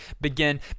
begin